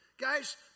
Guys